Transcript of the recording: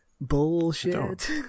Bullshit